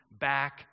back